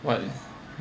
what